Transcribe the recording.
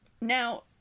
Now